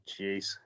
jeez